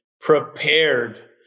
prepared